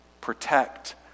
protect